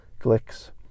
Glick's